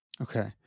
Okay